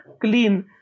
clean